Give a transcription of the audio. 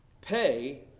Pay